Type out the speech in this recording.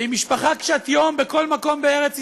ואם משפחה קשת יום בכל מקום בארץ ישראל,